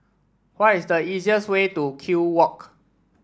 what is the easiest way to Kew Walk